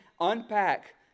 unpack